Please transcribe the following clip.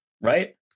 Right